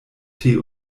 tee